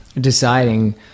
deciding